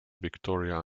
victoria